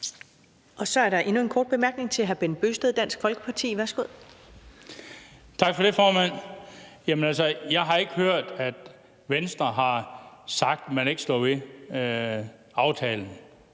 Så er der endnu en kort bemærkning til hr. Bent Bøgsted, Dansk Folkeparti. Værsgo. Kl. 13:49 Bent Bøgsted (DF): Tak for det, formand. Jeg har ikke hørt, at Venstre har sagt, at man ikke står ved aftalen.